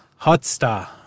Hotstar